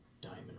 diamond